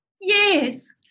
Yes